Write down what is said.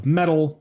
metal